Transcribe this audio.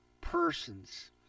persons